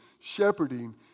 shepherding